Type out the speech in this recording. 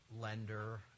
lender